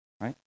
Right